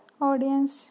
audience